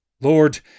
Lord